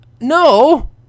no